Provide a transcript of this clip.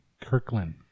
Kirkland